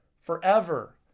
forever